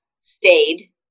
stayed